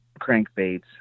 crankbaits